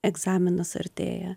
egzaminas artėja